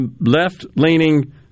left-leaning